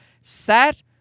sat